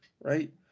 right